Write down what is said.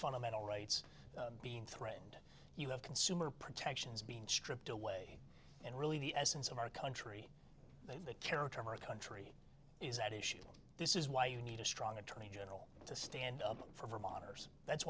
fundamental rights being threatened you have consumer protections being stripped away and really the essence of our country that the character of our country is at issue this is why you need a strong attorney general to stand up for